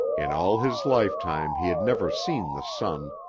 in all his lifetime he had never seen the sun,